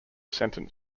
sentence